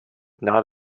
not